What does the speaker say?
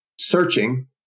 searching